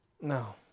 No